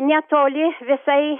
netoli visai